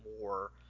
more